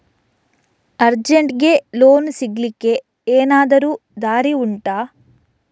ಅರ್ಜೆಂಟ್ಗೆ ಲೋನ್ ಸಿಗ್ಲಿಕ್ಕೆ ಎನಾದರೂ ದಾರಿ ಉಂಟಾ